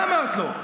מה אמרת לו?